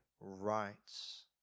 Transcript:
rights